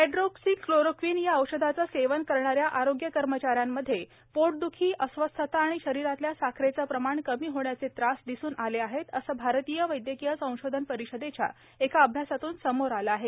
hydroxychloroquine या औषधाचं सेवन करणाऱ्या आरोग्य कर्मचाऱ्यांमध्ये पोटद्खी अस्वस्थता आणि शरीरातल्या साखरेचं प्रमाण कमी होण्याचे त्रास दिसून आले आहेत असं भारतीय वैदयकीय संशोधन परिषदेच्या एका अभ्यासातून समोर आलं आहे